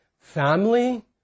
family